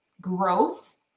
growth